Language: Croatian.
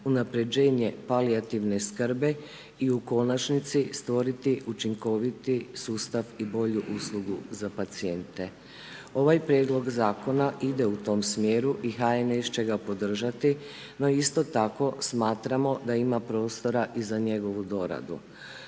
unapređenje palijativne skrbi i u konačnici, stvoriti učinkoviti sustav i bolju uslugu za pacijente. Ovaj Prijedlog Zakona ide u tom smjeru i HNS će ga podržati. No, isto tako smatramo da ima prostora i za njegovu doradu.